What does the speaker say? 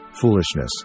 foolishness